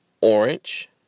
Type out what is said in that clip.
Orange